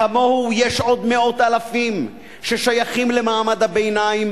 כמוהו יש עוד מאות אלפים ששייכים למעמד הביניים